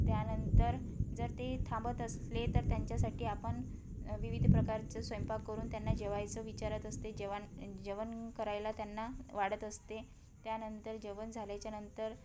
त्यानंतर जर ते थांबत असले तर त्यांच्यासाठी आपण विविध प्रकारचं स्वयंपाक करून त्यांना जेवायचं विचारत असते जेवण जेवण करायला त्यांना वाढत असते त्यानंतर जेवण झाल्याच्यानंतर